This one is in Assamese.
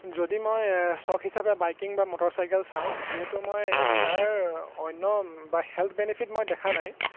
যদি মই চখ হিচাপে বাইকিং বা মটৰচাইকেল চাওঁ যিহেতু মই তাৰ অন্য বা হেল্থ বেনিফিট মই দেখা নাই